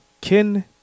Kin